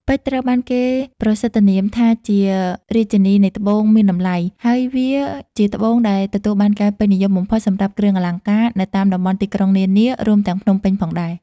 ពេជ្រ ត្រូវបានគេប្រសិទ្ធនាមថាជារាជិនីនៃត្បូងមានតម្លៃ ហើយវាជាត្បូងដែលទទួលបានការពេញនិយមបំផុតសម្រាប់គ្រឿងអលង្ការនៅតាមតំបន់ទីក្រុងនានា រួមទាំងភ្នំពេញផងដែរ។